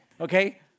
okay